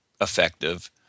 effective